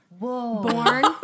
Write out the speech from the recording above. Born